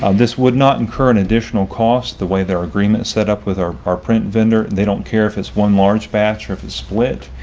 um this would not incur an additional cost the way that our agreements set up with our our print vendor and they don't care if it's one large batch or if it's split.